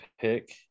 pick